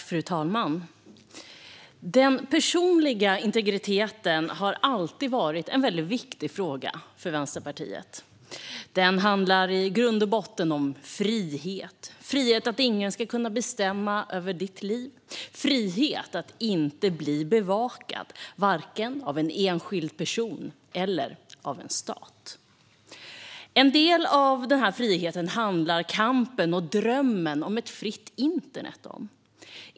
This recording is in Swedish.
Fru talman! Den personliga integriteten har alltid varit en väldigt viktig fråga för Vänsterpartiet. Det handlar i grund och botten om frihet - friheten att ingen ska kunna bestämma över ditt liv och friheten att inte bli bevakad, vare sig av en enskild person eller av en stat. En del av denna frihet handlar kampen och drömmen om ett fritt internet om.